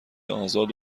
آزاد